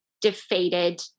defeated